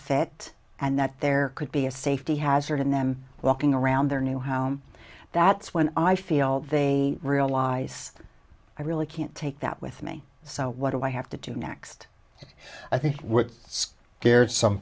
fit and that there could be a safety hazard in them walking around their new home that's when i feel they realize i really can't take that with me so what do i have to do next and i think with cared some